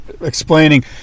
explaining